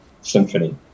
symphony